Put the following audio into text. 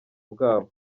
bwabo